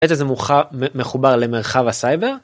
איזה זה מוכר מחובר למרחב הסייבר.